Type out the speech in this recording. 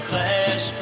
Flash